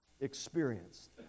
experienced